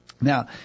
Now